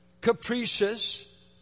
capricious